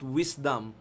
wisdom